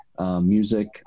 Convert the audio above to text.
music